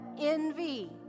envy